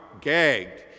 gagged